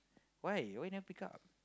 why why you never pick up